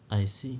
I see